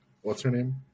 what's-her-name